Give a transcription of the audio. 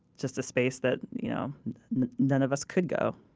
just a space that you know none of us could go,